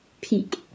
peak